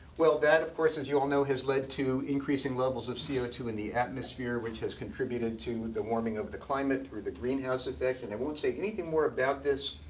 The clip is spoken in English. well that of course, as you all know, has led to increasing levels of c o two in the atmosphere, which has contributed to the warming of the climate through the greenhouse effect. and i won't say anything more about this,